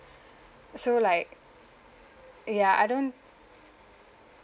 so like ya I don't